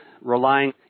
relying